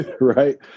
right